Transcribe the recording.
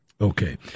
Okay